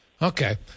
Okay